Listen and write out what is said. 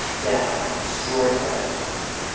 deb destroy all bacteria